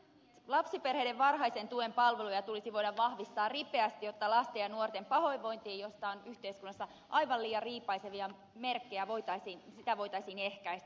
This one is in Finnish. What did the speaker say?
lapsiperheiden varhaisen tuen palveluja tulisi voida vahvistaa ripeästi jotta lasten ja nuorten pahoinvointia josta on yhteiskunnassa aivan liian riipaisevia merkkejä voitaisiin ehkäistä